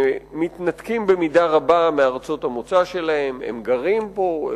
מתנתקים במידה רבה מארצות המוצא שלהם, הם גרים פה,